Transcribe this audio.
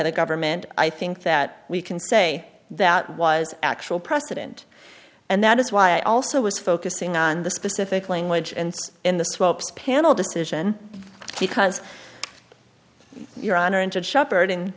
the government i think that we can say that was actual precedent and that is why i also was focusing on the specific language and in the swaps panel decision because your honor entered shepherd